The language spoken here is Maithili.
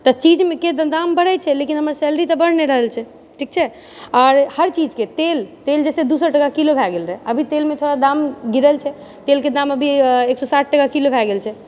तऽ चीजके दाम बढ़ै छै लेकिन हमर सैलरी तऽ बढ़ि नहि रहल छै ठीक छै आर हर चीजके तेल तेल जे छै दू टाका किलो भए गेल रहै अभी तेलमे थोड़ा दाम गिरल छै तेलके दाम अभी एक सए साठ टाका किलो भए गेल छै